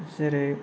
जेरै